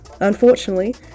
Unfortunately